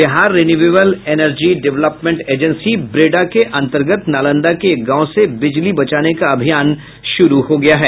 Bihar renewal energy development agency BREDA के अंतर्गत नालंदा के एक गांव से बिजली बचाने का अभियान शुरू हो गया है